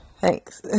thanks